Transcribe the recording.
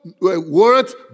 words